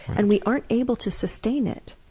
and we aren't able to sustain it.